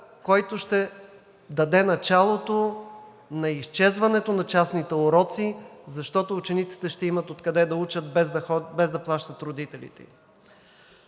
който ще даде началото на изчезването на частните уроци, защото учениците ще имат откъде да учат, без да плащат родителите.